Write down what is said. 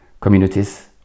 communities